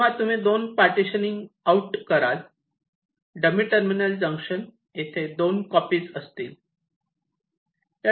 जेव्हा तुम्ही 2 partitioning out कराल डमी टर्मिनल जंक्शन येथे 2 कॉपी असते असतील